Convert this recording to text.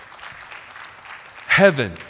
Heaven